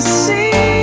see